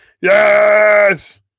Yes